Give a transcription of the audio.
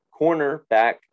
cornerback